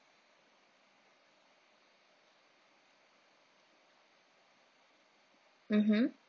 mmhmm